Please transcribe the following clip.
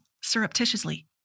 surreptitiously